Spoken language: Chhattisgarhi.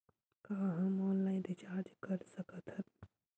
का हम ऑनलाइन रिचार्ज कर सकत हन?